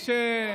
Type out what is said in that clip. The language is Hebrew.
יש 350,